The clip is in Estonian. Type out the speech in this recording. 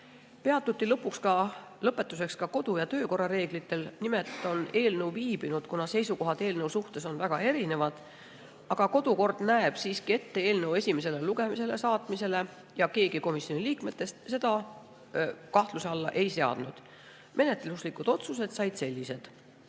peatuti ka kodu- ja töökorra reeglitel. Nimelt on eelnõu [menetlus veninud], kuna seisukohad eelnõu suhtes on väga erinevad. Aga kodukord näeb siiski ette eelnõu esimesele lugemisele saatmise ja keegi komisjoni liikmetest seda kahtluse alla ei seadnud. Menetluslikud otsused said sellised.